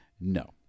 no